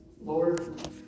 Lord